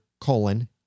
colon